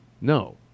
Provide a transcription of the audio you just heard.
No